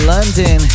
London